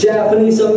Japanese